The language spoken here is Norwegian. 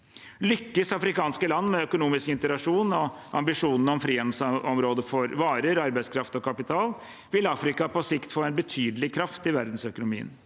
Lykkes afrikanske land med økonomisk integrasjon og ambisjonene om frihandelsområder for varer, arbeidskraft og kapital, vil Afrika på sikt få en betydelig kraft i verdensøkonomien.